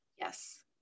Yes